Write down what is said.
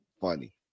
Funny